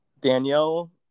danielle